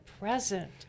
present